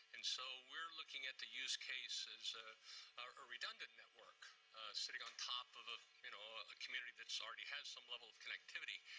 and so we are looking at the use case as ah a redundant network sitting on top of of you know a community that so already has some level of connectivity,